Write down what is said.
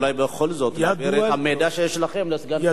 אולי בכל זאת להעביר את המידע שיש לכם לסגן השר.